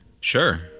Sure